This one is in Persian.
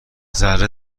ذره